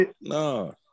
No